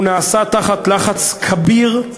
הוא נעשה תחת לחץ כביר,